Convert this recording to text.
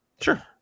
Sure